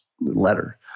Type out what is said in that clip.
letter